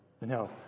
no